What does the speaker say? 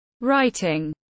Writing